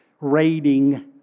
raiding